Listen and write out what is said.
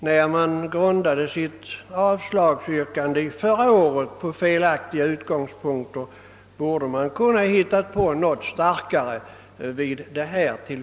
När man grundade sitt avslagsyrkande förra året på felaktiga utgångspunkter, borde man vid detta tillfälle ha hittat på någon starkare motivering.